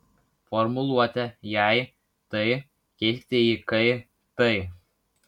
formuluotę jei tai keiskite į kai tai